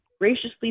graciously